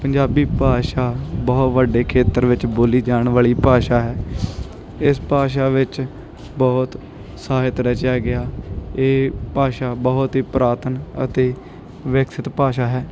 ਪੰਜਾਬੀ ਭਾਸ਼ਾ ਬਹੁਤ ਵੱਡੇ ਖੇਤਰ ਵਿੱਚ ਬੋਲੀ ਜਾਣ ਵਾਲੀ ਭਾਸ਼ਾ ਹੈ ਇਸ ਭਾਸ਼ਾ ਵਿੱਚ ਬਹੁਤ ਸਾਹਿਤ ਰਚਿਆ ਗਿਆ ਇਹ ਭਾਸ਼ਾ ਬਹੁਤ ਹੀ ਪੁਰਾਤਨ ਅਤੇ ਵਿਕਸਿਤ ਭਾਸ਼ਾ ਹੈ